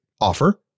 offer